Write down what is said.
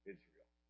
Israel